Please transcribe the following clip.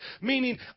meaning